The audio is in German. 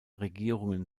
regierungen